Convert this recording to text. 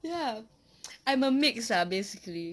ya I'm a mix ah basically